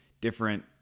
different